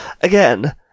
again